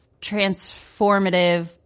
transformative